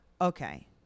Okay